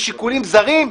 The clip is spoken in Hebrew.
משיקולים זרים,